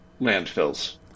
landfills